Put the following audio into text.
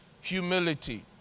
humility